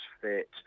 fit